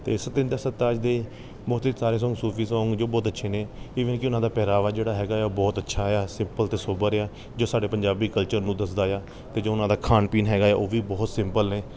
ਅਤੇ ਸਤਿੰਦਰ ਸਰਤਾਜ ਦੇ ਬਹੁਤ ਹੀ ਸਾਰੇ ਸੋਂਗ ਸੂਫ਼ੀ ਸੋਂਗ ਜੋ ਬਹੁਤ ਅੱਛੇ ਨੇ ਜਿਵੇਂ ਕਿ ਉਹਨਾਂ ਦਾ ਪਹਿਰਾਵਾ ਜਿਹੜਾ ਹੈਗਾ ਬਹੁਤ ਅੱਛਾ ਆ ਸਿੰਪਲ ਅਤੇ ਸੋਬਰ ਆ ਜੋ ਸਾਡੇ ਪੰਜਾਬੀ ਕਲਚਰ ਨੂੰ ਦੱਸਦਾ ਆ ਅਤੇ ਜੋ ਉਹਨਾਂ ਦਾ ਖਾਣ ਪੀਣ ਹੈਗਾ ਉਹ ਵੀ ਬਹੁਤ ਸਿੰਪਲ ਨੇ